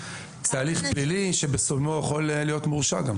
זה תהליך פלילי שבסיומו הוא יכול להיות מורשע.